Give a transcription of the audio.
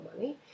money